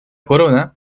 corona